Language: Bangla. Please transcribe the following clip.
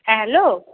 হ্যাঁ হ্যালো